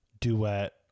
duet